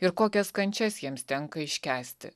ir kokias kančias jiems tenka iškęsti